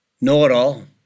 know-it-all